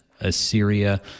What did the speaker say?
Assyria